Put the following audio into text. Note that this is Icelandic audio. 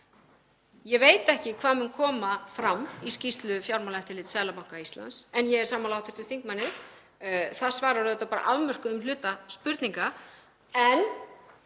Ég veit ekki hvað mun koma fram í skýrslu Fjármálaeftirlits Seðlabanka Íslands, en ég er sammála hv. þingmanni um að það svarar auðvitað bara afmörkuðum hluta spurninga.